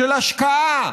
של השקעה,